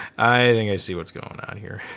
i think i see what's going on here.